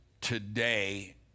today